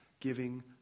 giving